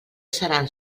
seran